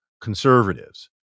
conservatives